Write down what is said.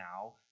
now